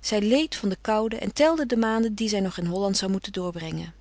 zij leed van de koude en telde de maanden die zij nog in holland zou moeten doorbrengen